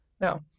now